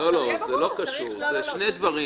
אלה שני דברים.